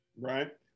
right